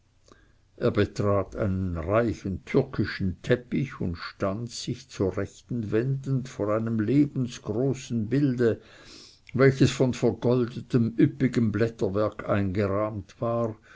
er betrat einen reichen türkischen teppich und stand sich zur rechten wendend vor einem lebensgroßen bilde welches von vergoldetem üppigem blätterwerk eingerahmt war